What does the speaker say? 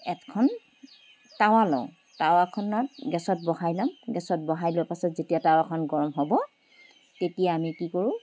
এখন টাৱা লওঁ টাৱাখনত গেছত বহাই লওঁ গেছত বহাই লোৱাৰ পাছত যেতিয়া টাৱাখন গৰম হ'ব তেতিয়া আমি কি কৰোঁ